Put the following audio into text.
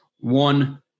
One